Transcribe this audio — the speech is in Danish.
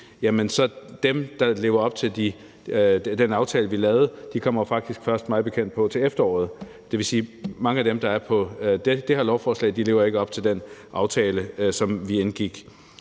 dem, der lever op til den aftale, vi lavede, faktisk mig bekendt først på til efteråret. Det vil sige, at mange af dem, der er på det her lovforslag, ikke lever op til den aftale, som vi indgik.